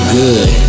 good